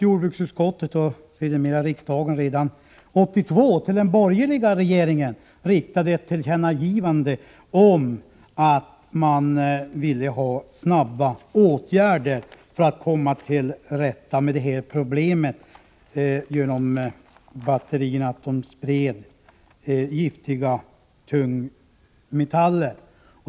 Jordbruksutskottet och sedermera riksdagen riktade redan 1982 ett tillkännagivande till den borgerliga regeringen om att man ville få till stånd snara åtgärder för att komma till rätta med problemet att batterierna sprider giftiga tungmetaller.